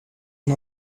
are